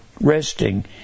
resting